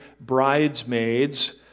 bridesmaids